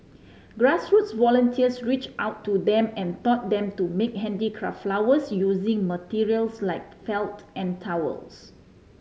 grassroots volunteers reached out to them and taught them to make handicraft flowers using materials like felt and towels